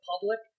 public